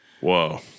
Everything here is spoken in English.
Whoa